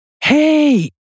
hey